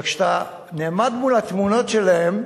וכשאתה נעמד מול התמונות שלהם,